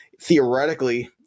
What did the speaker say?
theoretically